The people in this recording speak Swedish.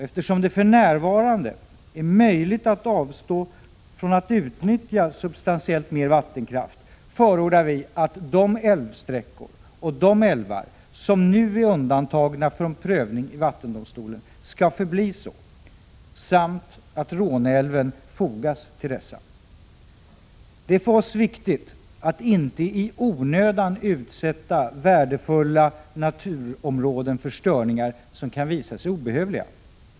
Eftersom det för närvarande är möjligt att avstå från att utnyttja substantiellt mer vattenkraft, förordar vi att de älvsträckor och de älvar som nu är undantagna från prövning i vattendomstolen skall förbli så samt att Råneälven fogas till dessa. Det är för oss viktigt att värdefulla naturområden inte i onödan utsätts för störningar som kan visa sig obehövliga.